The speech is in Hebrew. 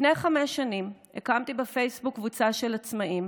לפני חמש שנים הקמתי בפייסבוק קבוצה של עצמאים